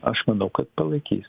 aš manau kad palaikys